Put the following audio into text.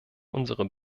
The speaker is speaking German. unserer